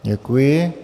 Děkuji.